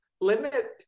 limit